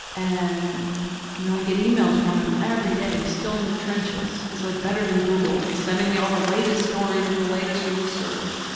and you know i get emails from him every day. he's still in the trenches. he's like better than google, he's sending me all the latest stories and the latest research,